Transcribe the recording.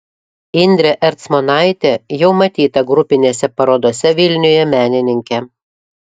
indrė ercmonaitė jau matyta grupinėse parodose vilniuje menininkė